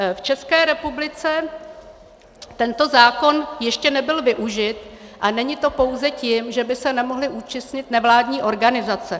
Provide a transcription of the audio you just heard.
V České republice tento zákon ještě nebyl využit a není to pouze tím, že by se nemohly účastnit nevládní organizace.